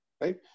right